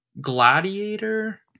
Gladiator